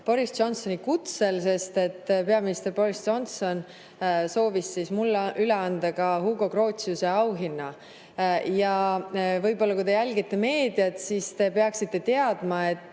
Boris Johnsoni kutsel, sest peaminister Boris Johnson soovis mulle üle anda Hugo Grotiuse auhinna. Ja kui te jälgite meediat, siis peaksite teadma ka